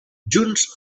junts